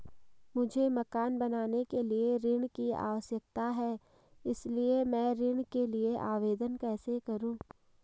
मुझे मकान बनाने के लिए ऋण की आवश्यकता है इसलिए मैं ऋण के लिए आवेदन कैसे करूं?